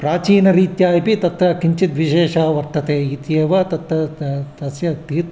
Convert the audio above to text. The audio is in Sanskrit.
प्राचीनरीत्या अपि किञ्चित् विशेषः वर्तते इत्येव तत् त तस्य ती